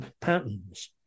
patterns